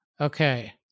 Okay